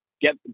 Get